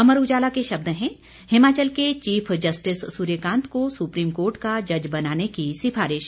अमर उजाला के शब्द हैं हिमाचल के चीफ जस्टिस सूर्यकांत को सुप्रीम कोर्ट का जज बनाने की सिफारिश